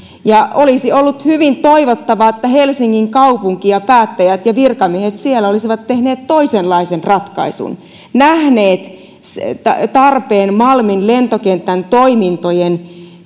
olisi ollut hyvin toivottavaa että helsingin kaupunki ja päättäjät ja virkamiehet siellä olisivat tehneet toisenlaisen ratkaisun nähneet tarpeen malmin lentokentän toimintojen